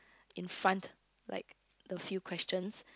in front like the few questions